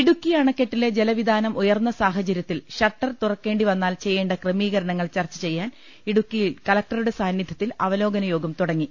ഇടുക്കി അണ്ക്കെട്ടിലെ ജലവിതാനം ഉയർന്ന സാഹചര്യത്തിൽ ഷട്ടർ തുറക്കേണ്ടി വന്നാൽ ചെയ്യേണ്ട ക്രമീകരണങ്ങൾ ചർച്ച ചെയ്യാൻ ഇടുക്കിയിൽ കലക്ടറുടെ സാന്നിധൃത്തിൽ അവലോകന യോഗം തുട ങ്ങി